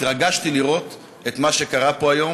התרגשתי לראות את מה שקרה היום